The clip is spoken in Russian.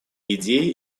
идее